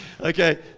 Okay